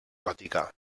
gòtica